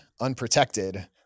unprotected